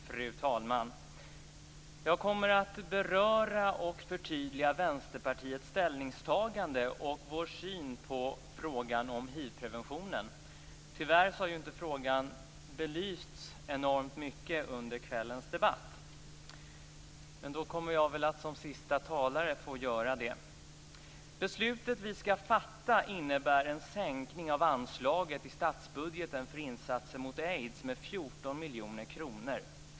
Fru talman! Jag kommer att beröra och förtydliga Vänsterpartiets ställningstagande och syn på frågan om hivpreventionen. Tyvärr har ju inte frågan belysts så där enormt mycket under kvällens debatt. Då kommer väl jag som siste talare att få göra det. Det beslut vi skall fatta innebär en sänkning med 14 miljoner kronor av anslaget i statsbudgeten för insatser mot aids.